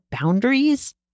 boundaries